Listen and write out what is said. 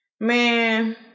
man